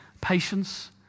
patience